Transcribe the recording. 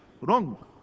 wrong